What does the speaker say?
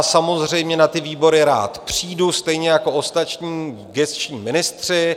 Samozřejmě na ty výbory rád přijdu, stejně jako ostatní gesční ministři.